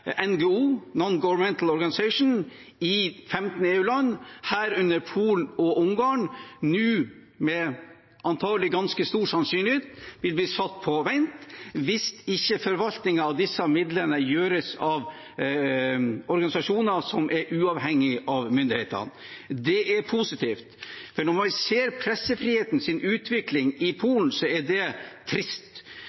i 15 EU-land, herunder Polen og Ungarn, nå med antagelig ganske stor sannsynlighet vil bli satt på vent hvis ikke forvaltningen av disse midlene gjøres av organisasjoner som er uavhengige av myndighetene. Det er positivt, for når man ser pressefrihetens utvikling i